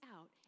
out